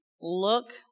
look